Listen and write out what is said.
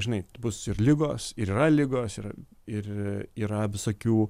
žinai bus ir ligos ir yra ligos yra ir yra visokių